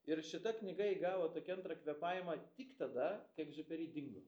ir šita knyga įgavo tokį antrą kvėpavimą tik tada kai egziuperi dingo